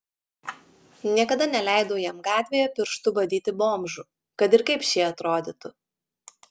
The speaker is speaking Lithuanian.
niekada neleidau jam gatvėje pirštu badyti bomžų kad ir kaip šie atrodytų